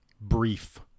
Brief